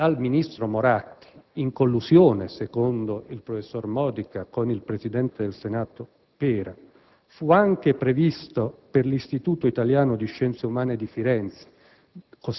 dal ministro Moratti in collusione, secondo il professor Modica, con il presidente del Senato Pera, fu anche previsto per l'Istituto italiano di scienze umane di Firenze,